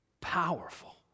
Powerful